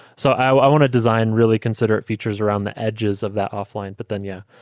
so i want to design really considerate features around the edges of that offline. but then yeah,